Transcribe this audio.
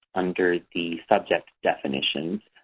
under the subject definitions.